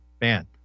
man